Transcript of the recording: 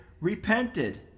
repented